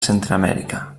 centreamèrica